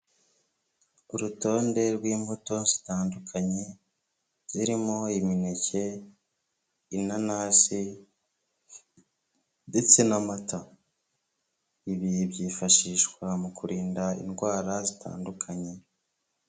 Urutonde rw'imbuto zitandukanye zirimo imineke, inanasi ndetse n'amata, ibi byifashishwa mu kurinda indwara zitandukanye.